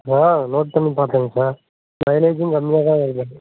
sir note பண்ணி பார்த்தேங்க sir மைலேஜ்ஜும் கம்மியாக தான் வருது